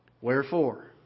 Wherefore